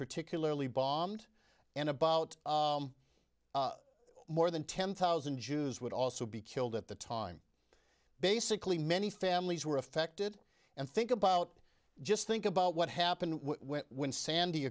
particularly bombed and about more than ten thousand jews would also be killed at the time basically many families were affected and think about just think about what happened when